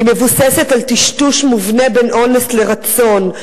היא מבוססת על טשטוש מובנה בין אונס לרצון.